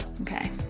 Okay